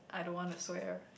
I don't wanna swear